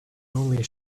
only